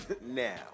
Now